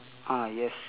ah yes